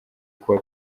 kuba